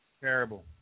Terrible